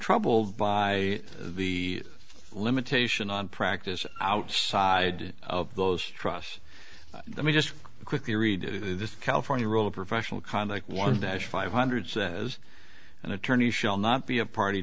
troubled by the limitation on practice outside of those trusts let me just quickly read the california rule of professional conduct one dash five hundred says an attorney shall not be a party